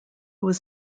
was